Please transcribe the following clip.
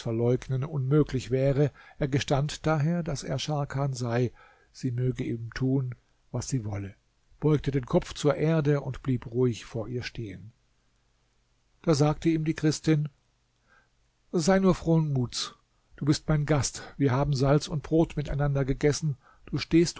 verleugnen unmöglich wäre er gestand daher daß er scharkan sei sie möge ihm tun was sie wolle beugte den kopf zur erde und blieb ruhig vor ihr stehen da sagte ihm die christin sei nur frohen muts du bist mein gast wir haben salz und brot miteinander gegessen du stehst